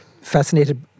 fascinated